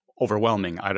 overwhelming